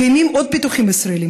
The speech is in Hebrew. קיימים עוד פיתוחים ישראליים,